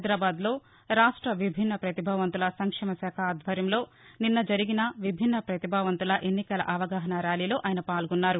హైదరాబాద్లో రాష్ట విభిన్న పతిభావంతుల సంక్షేమ శాఖ ఆధ్వర్యంలో నిన్న జరిగిన విభిన్న ప్రతిభావంతుల ఎన్నికల అవగాహన ర్యాలీలో ఆయన పాల్గొన్నారు